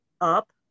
up